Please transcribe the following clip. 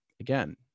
again